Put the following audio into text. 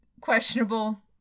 questionable